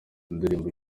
indirimbo